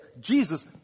Jesus